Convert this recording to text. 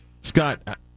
Scott